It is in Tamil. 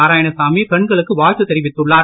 நாராயணசாமி பெண்களுக்கு வாழ்த்து தெரிவித்துள்ளார்